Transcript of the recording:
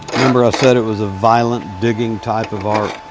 remember, i said it was a violent, digging type of arc.